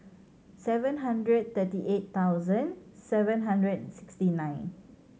seven hundred thirty eight thousand seven hundred and sixty nine